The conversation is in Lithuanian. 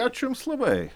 ačiū jums labai